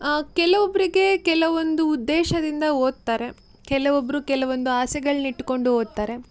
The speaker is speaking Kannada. ಕೆಲವೊಬ್ಬರಿಗೆ ಕೆಲವೊಂದು ಉದ್ದೇಶದಿಂದ ಓದ್ತಾರೆ ಕೆಲವೊಬ್ಬರು ಕೆಲವೊಂದು ಆಸೆಗಳನ್ನಿಟ್ಟುಕೊಂಡು ಓದ್ತಾರೆ